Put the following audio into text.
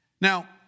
Now